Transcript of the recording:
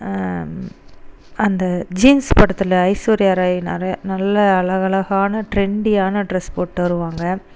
அந்த ஜீன்ஸ் படத்தில் ஐஸ்வர்யா ராய் நிறைய நல்ல அழகழகான டிரெண்டியான டிரஸ் போட்டு வருவாங்க